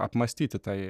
apmąstyti tai